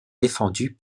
défendue